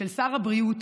של שר הבריאות